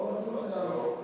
אני לא.